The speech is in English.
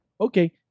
okay